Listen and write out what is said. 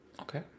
Okay